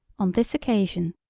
on this occasion,